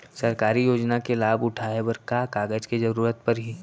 सरकारी योजना के लाभ उठाए बर का का कागज के जरूरत परही